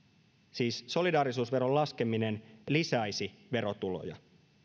siis solidaarisuusveron laskeminen lisäisi verotuloja